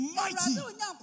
mighty